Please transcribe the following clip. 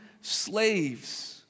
slaves